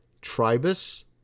tribus